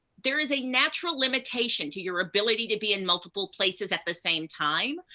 there is a natural limitation to your ability to be in multiple places at the same time,